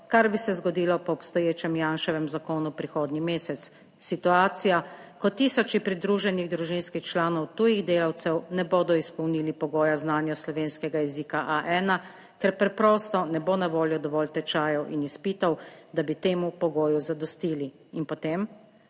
kar bi se zgodilo po obstoječem Janševem zakonu prihodnji mesec. Situacija, ko tisoči pridruženih družinskih članov tujih delavcev ne bodo izpolnili pogoja znanja slovenskega jezika A1, ker preprosto ne bo na voljo dovolj tečajev in izpitov, da bi temu pogoju zadostili in potem?